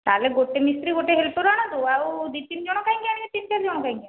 ତା'ହେଲେ ଗୋଟେ ମିସ୍ତ୍ରୀ ଗୋଟେ ହେଲ୍ପର୍ ଆଣନ୍ତୁ ଆଉ ଦୁଇ ତିନି ଜଣ କାହିଁକି ଆଣିବେ ତିନି ଚାରି ଜଣ କାହିଁକି ଆଣିବେ